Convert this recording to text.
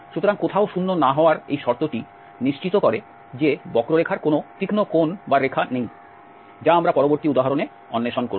সুতরাং কোথাও শূন্য না হওয়ার এই শর্তটি নিশ্চিত করে যে বক্ররেখার কোন তীক্ষ্ণ কোণ বা রেখা নেই যা আমরা পরবর্তী উদাহরণে অন্বেষণ করব